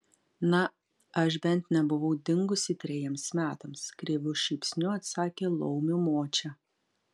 na aš bent nebuvau dingusi trejiems metams kreivu šypsniu atsakė laumių močia